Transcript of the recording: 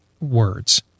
words